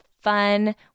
fun